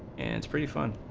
and thirty five